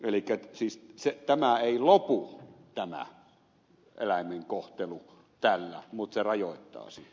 elikkä eläinten huono kohtelu ei lopu tällä mutta tämä rajoittaa sitä